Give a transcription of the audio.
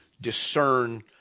discern